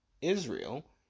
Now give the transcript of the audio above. Israel